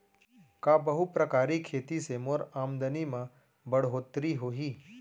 का बहुप्रकारिय खेती से मोर आमदनी म बढ़होत्तरी होही?